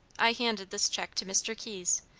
i handed this check to mr. keyes,